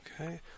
Okay